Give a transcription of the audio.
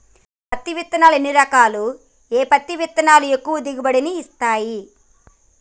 పత్తి విత్తనాలు ఎన్ని రకాలు, ఏ పత్తి విత్తనాలు ఎక్కువ దిగుమతి ని ఇస్తాయి?